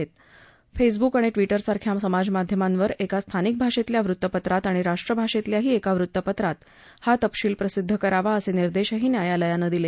तसंच फेसब्रुक आणि ट्विटरसारख्या समाजमाध्यमांवर एका स्थानिक भाषेतल्या वृत्तपत्रात आणि राष्ट्रभाषेतल्याही एका वृत्त पत्रात हा तपशील प्रसिद्ध करावा असे निर्देशही न्यायालयानं दिले